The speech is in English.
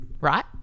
right